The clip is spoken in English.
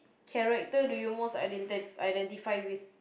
character do you most identi~ identify with